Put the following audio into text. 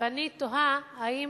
ואני תוהה האם